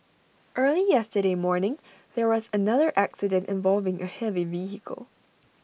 early yesterday morning there was another accident involving A heavy vehicle